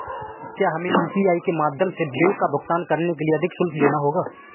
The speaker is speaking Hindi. क्या हमें यू.पी.आई के माध्यम से बिल का भुगतान करने के लिए अधिक शुल्क देना होगा?